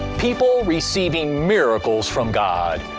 people receiving miracles from god.